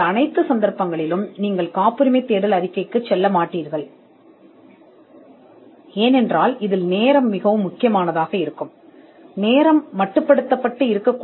இந்த எல்லா சந்தர்ப்பங்களிலும் நீங்கள் காப்புரிமை தேடல் அறிக்கைக்கு செல்லமாட்டீர்கள் ஏனென்றால் நேரம் முக்கியமானதாக இருக்கலாம்